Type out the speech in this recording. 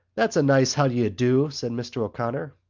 thats a nice how-do-you-do, said mr. o'connor.